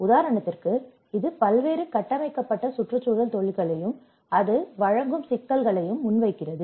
உதாரணத்திற்கு இது பல்வேறு கட்டமைக்கப்பட்ட சுற்றுச்சூழல் தொழில்களையும் இது வழங்கும் சிக்கலையும் முன்வைக்கிறது